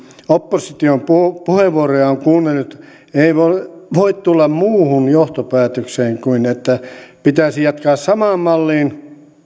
opposition puheenvuoroja on kuunnellut ei voi voi tulla muuhun johtopäätökseen kuin että pitäisi jatkaa samaan malliin